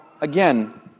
again